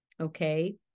Okay